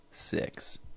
Six